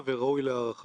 הרבה תודה על מה שעשית.